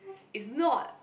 it's not